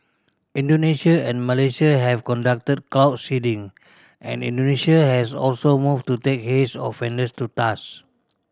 Indonesia and Malaysia have conducted cloud seeding and Indonesia has also moved to take haze offenders to task